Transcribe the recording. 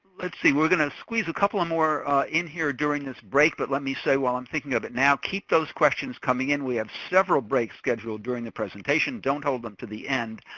let's see, we're gonna squeeze a couple of more in here during this break. but let me say while i'm thinking of it now, keep those questions coming in. we have several breaks scheduled during the presentation, don't hold them to the end.